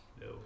No